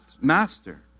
Master